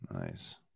nice